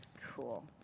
Cool